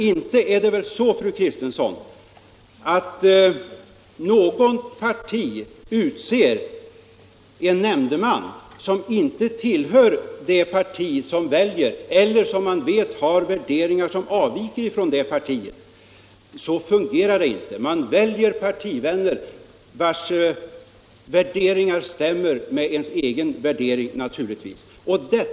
Inte är det väl så, fru Kristensson, att något parti utser en nämndeman som inte tillhör partiet eller som man vet har värderingar som avviker från det partiets. Så fungerar det inte. Man väljer naturligtvis partivänner vilkas värderingar överensstämmer med ens egna.